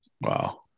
Wow